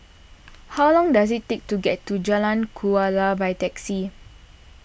how long does it take to get to Jalan Kuala by taxi